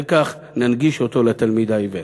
ועל-ידי כך להנגיש אותו לתלמיד העיוור.